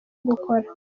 gukora